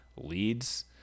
leads